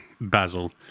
Basil